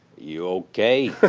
you ok?